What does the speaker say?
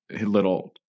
little